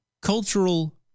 cultural